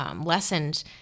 lessened